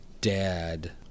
dad